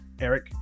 Eric